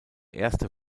erste